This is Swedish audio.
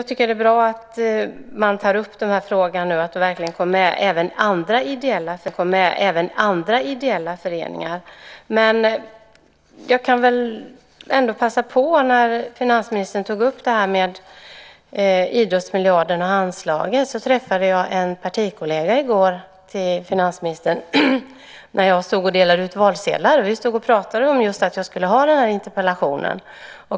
Herr talman! Jag tycker att det är bra att den här frågan tas upp och att även andra ideella föreningar verkligen tas med. Eftersom finansministern tog upp det här med idrottsmiljarden och anslagen kan jag ta upp att jag träffade en partikollega till finansministern i går när jag stod och delade ut valsedlar. Vi stod och pratade om att jag skulle ha just den här interpellationsdebatten.